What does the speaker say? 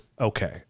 okay